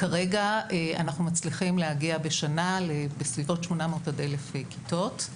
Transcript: כרגע אנחנו מצליחים להגיע בשנה בסביבות 800-1,000 כיתות,